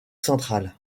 centrale